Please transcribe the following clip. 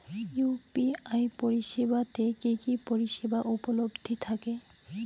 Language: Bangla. ইউ.পি.আই পরিষেবা তে কি কি পরিষেবা উপলব্ধি থাকে?